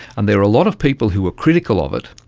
and there were a lot of people who were critical of it.